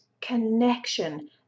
connection